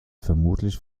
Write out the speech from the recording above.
vermutlich